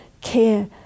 care